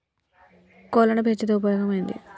కోళ్లని పెంచితే ఉపయోగం ఏంది?